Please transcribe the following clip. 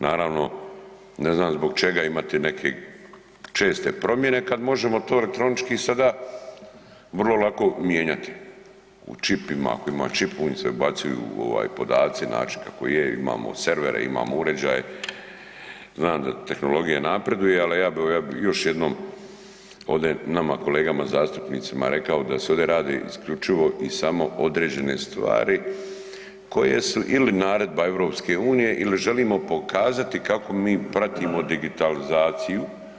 Naravno, ne znam zbog čega imati neke česte promjene kad možemo to elektronički sada vrlo lako mijenjati, u čipima, ako ima čip u njega se ubacuju ovaj podaci, znači kako je, imamo servere, imamo uređaje, znan da tehnologija napreduje, al ja bi još jednom ovdje nama kolegama zastupnicima rekao da se ovdje radi isključivo i samo određene stvari koje su ili naredba EU ili želimo pokazati kako mi pratimo digitalizaciju.